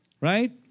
Right